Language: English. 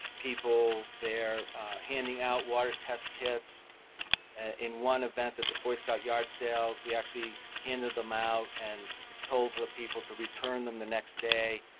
people there handing out water test kits in one event at the boy scouts' yard sale, we actually handed them out and told the people to return them the next day,